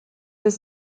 des